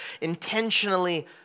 intentionally